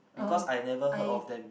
because I never heard of them